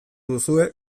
duzue